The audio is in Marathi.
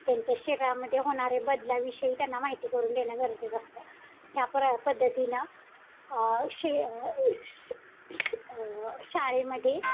त्यांच्या शरीरामध्ये होणारे बदलाविषयी त्यांना माहिती करून देणं गरजेचं असतं ह्या प्र पद्धतीनं शे शे श शाळेमध्ये